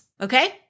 okay